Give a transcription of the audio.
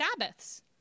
Sabbaths